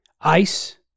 ice